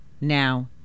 Now